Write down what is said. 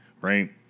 right